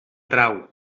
trau